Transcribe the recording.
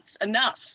enough